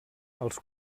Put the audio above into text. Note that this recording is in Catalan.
els